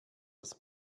das